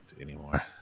anymore